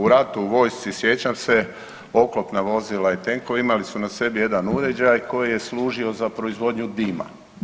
U ratu, u vojsci, sjećam se, oklopna vozila i tenkovi imali su na sebi jedan uređaj koji je služio za proizvodnju dima.